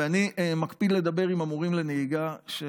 ואני מקפיד לדבר עם המורים לנהיגה של